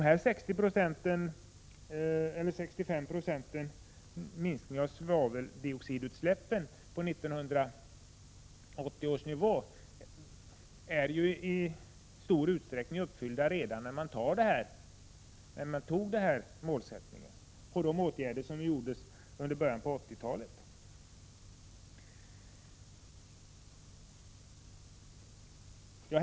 Kravet på en minskning av svaveldioxidutsläppen med 65 96 i förhållande till 1980 års nivå var redan när man fattade beslutet om detta mål i stor utsträckning uppfyllt genom de åtgärder som vidtogs i början av 1980-talet.